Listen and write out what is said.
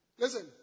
Listen